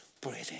breathing